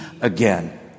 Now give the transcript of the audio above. again